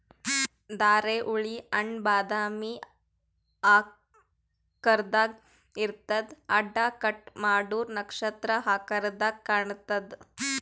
ಧಾರೆಹುಳಿ ಹಣ್ಣ್ ಬಾದಾಮಿ ಆಕಾರ್ದಾಗ್ ಇರ್ತದ್ ಅಡ್ಡ ಕಟ್ ಮಾಡೂರ್ ನಕ್ಷತ್ರ ಆಕರದಾಗ್ ಕಾಣತದ್